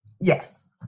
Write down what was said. yes